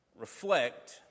reflect